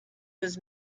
was